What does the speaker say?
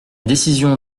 décision